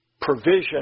provision